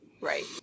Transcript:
Right